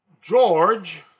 George